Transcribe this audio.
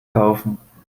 kaufen